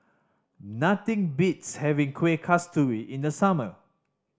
nothing beats having Kuih Kasturi in the summer